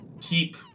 keep